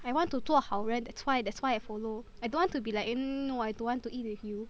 I want to 做好人 that's why that's why I follow I don't want to be like mm no I don't want to eat with you